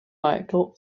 michael